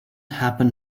happen